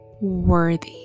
worthy